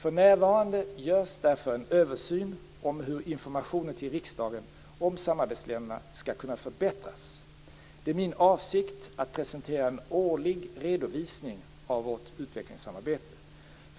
För närvarande görs därför en översyn om hur informationen till riksdagen om samarbetsländerna skall kunna förbättras. Det är min avsikt att presentera en årlig redovisning av vårt utvecklingssamarbete.